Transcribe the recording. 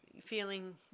feeling